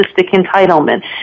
entitlement